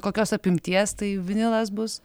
kokios apimties tai vinilas bus